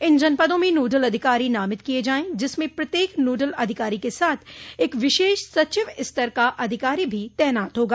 इन जनपदों में नोडल अधिकारी नामित किय जाये जिसमें प्रत्येक नोडल अधिकारी के साथ एक विशेष सचिव स्तर का अधिकारी भी तैनात होगा